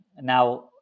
Now